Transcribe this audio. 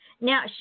Now